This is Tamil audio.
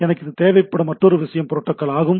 எனக்கு தேவைப்படும் மற்றொரு விஷயம் புரோட்டோக்கால் ஆகும்